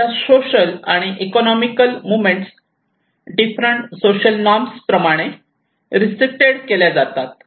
त्यांच्या सोशल आणि economic movements different social norms प्रमाणे रिस्ट्रिक्टेड केल्या जातात